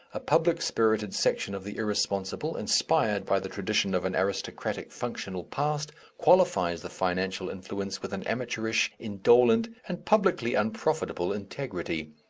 a public-spirited section of the irresponsible, inspired by the tradition of an aristocratic functional past, qualifies the financial influence with an amateurish, indolent, and publicly unprofitable integrity.